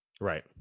Right